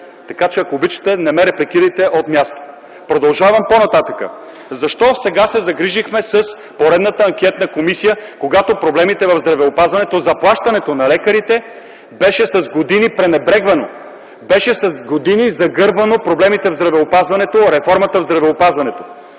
реплика. Ако обичате, не ме репликирайте от място! Продължавам по-нататък. Защо сега се загрижихме за поредната анкетна комисия, когато проблемите със здравеопазването, със заплащането на лекарите беше пренебрегвано с години? С години бяха загърбвани проблемите в здравеопазването, реформата в здравеопазването,